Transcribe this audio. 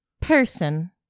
Person